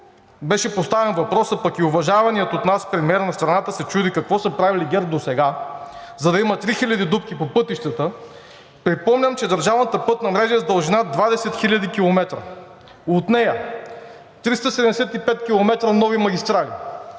беше поставен въпросът, пък и уважаваният от нас премиер на страната се чуди какво са правили ГЕРБ досега, за да има три хиляди дупки по пътищата, припомням, че държавната пътна мрежа е с дължина 20 хиляди километра – от нея 375 км са нови магистрали,